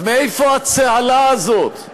אז מאיפה הצהלה הזאת?